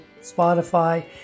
Spotify